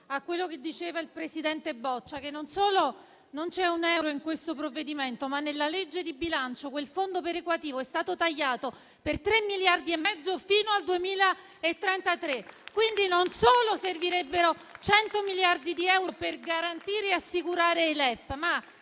a quello che diceva il presidente Boccia, che non solo non c'è un euro in questo provvedimento, ma nella legge di bilancio quel Fondo perequativo è stato tagliato per tre miliardi e mezzo fino al 2033. Quindi, non solo servirebbero 100 miliardi di euro per garantire e assicurare i LEP, ma